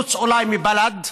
חוץ אולי מבל"ד,